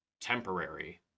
temporary